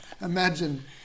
Imagine